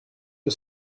you